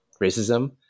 racism